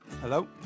Hello